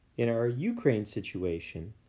in our ukraine situation,